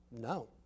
no